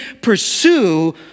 pursue